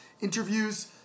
interviews